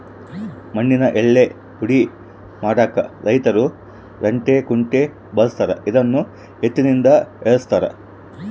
ಮಣ್ಣಿನ ಯಳ್ಳೇ ಪುಡಿ ಮಾಡಾಕ ರೈತರು ರಂಟೆ ಕುಂಟೆ ಬಳಸ್ತಾರ ಇದನ್ನು ಎತ್ತಿನಿಂದ ಎಳೆಸ್ತಾರೆ